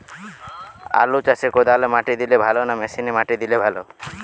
আলু চাষে কদালে মাটি দিলে ভালো না মেশিনে মাটি দিলে?